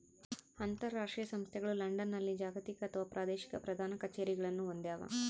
ಅಂತರಾಷ್ಟ್ರೀಯ ಸಂಸ್ಥೆಗಳು ಲಂಡನ್ನಲ್ಲಿ ಜಾಗತಿಕ ಅಥವಾ ಪ್ರಾದೇಶಿಕ ಪ್ರಧಾನ ಕಛೇರಿಗಳನ್ನು ಹೊಂದ್ಯಾವ